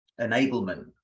enablement